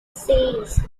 saints